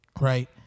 Right